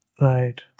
right